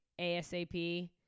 asap